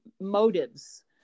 motives